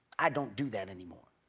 i don't do that anymore.